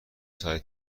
ساعتی